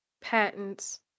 Patents